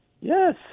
Yes